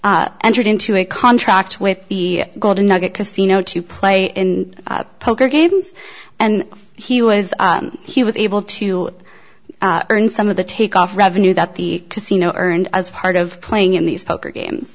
entered into a contract with the golden nugget casino to play in poker games and he was he was able to earn some of the take off revenue that the casino earned as part of playing in these poker games